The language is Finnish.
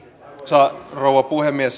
arvoisa rouva puhemies